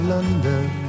London